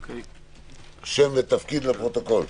שלום.